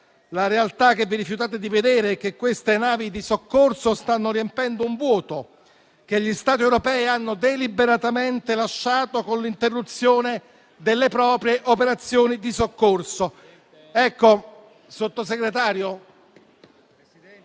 La realtà che vi rifiutate di vedere è che queste navi di soccorso stanno riempiendo un vuoto che gli Stati europei hanno deliberatamente lasciato con l'interruzione delle proprie operazioni di soccorso.